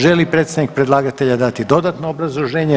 Želi li predstavnik predlagatelja dati dodatno obrazloženje?